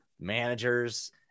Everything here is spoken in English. managers